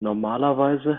normalerweise